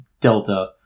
Delta